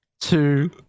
two